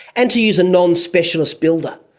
and to use a nonspecialist builder,